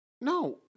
No